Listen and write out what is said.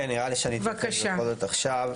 כן, נראה לי שאני אתייחס בכל זאת עכשיו.